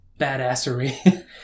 badassery